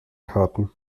karten